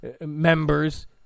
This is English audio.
members